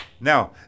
Now